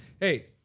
Hey